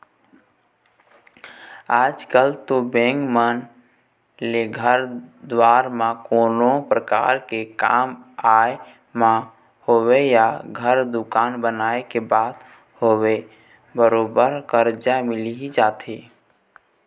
आजकल तो बेंक मन ले घर दुवार म कोनो परकार के काम आय म होवय या घर दुवार बनाए के बात होवय बरोबर करजा मिल ही जाथे